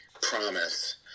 promise